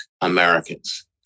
Americans